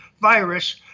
virus